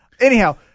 Anyhow